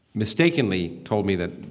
mistakenly told me that,